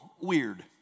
weird